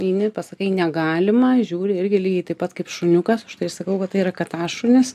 eini pasakai negalima žiūri irgi lygiai taip pat kaip šuniukas už tai ir sakau kad tai yra katašunis